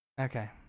Okay